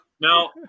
Now